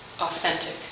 authentic